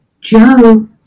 Joe